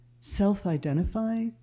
self-identify